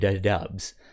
dubs